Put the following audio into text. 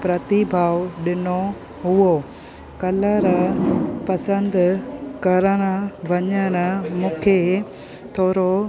प्रतिभाव ॾिनो हुओ कलर पसंदि करणु वञणु मूंखे थोरो